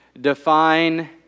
define